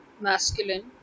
masculine